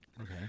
Okay